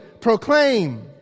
proclaim